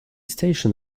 station